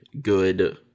good